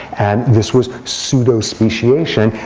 and this was pseudo speciation.